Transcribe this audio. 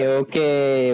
okay